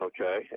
Okay